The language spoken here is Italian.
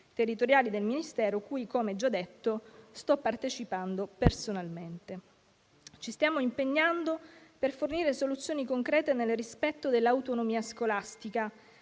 territoriali del Ministero, cui - come ho già detto - sto partecipando personalmente. Ci stiamo impegnando per fornire soluzioni concrete, nel rispetto dell'autonomia scolastica.